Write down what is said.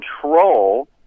control